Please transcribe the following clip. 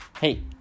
Hey